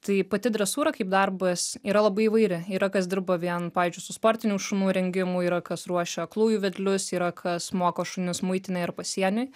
tai pati dresūra kaip darbas yra labai įvairi yra kas dirba vien pavyzdžiui su sportinių šunų rengimu yra kas ruošia aklųjų vedlius yra kas moko šunis maitina ir pasieny